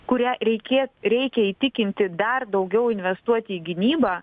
kurią reikės reikia įtikinti dar daugiau investuoti į gynybą